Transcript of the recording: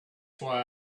why